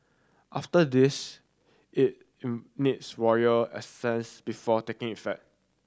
after this it needs royal before taking effect